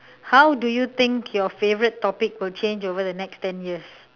how do you think your favorite topic will change over the next ten years